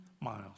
miles